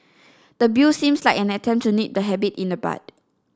the Bill seems like an attempt to nip the habit in the bud